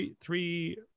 Three